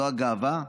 זו הגאווה?